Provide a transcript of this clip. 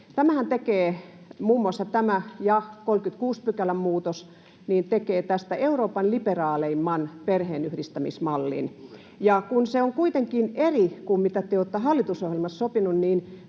tämä ja 36 §:n muutos, tästä Euroopan liberaaleimman perheenyhdistämismallin. Se on kuitenkin eri kuin mitä te olette hallitusohjelmassa sopineet,